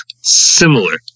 similar